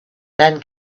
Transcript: then